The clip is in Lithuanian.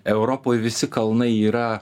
europoj visi kalnai yra